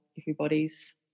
everybody's